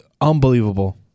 Unbelievable